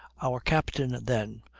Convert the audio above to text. our captain then,